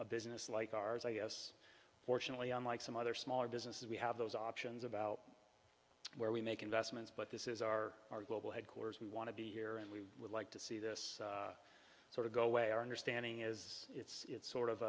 a business like ours i guess fortunately unlike some other smaller businesses we have those options about where we make investments but this is our our global headquarters we want to be here and we would like to see this sort of go away our understanding is it's sort of